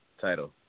title